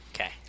Okay